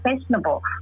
fashionable